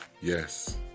Yes